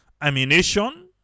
ammunition